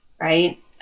right